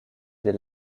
des